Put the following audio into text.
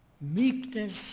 Meekness